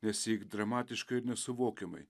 nesyk dramatiškai ir nesuvokiamai